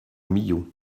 millau